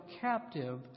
captive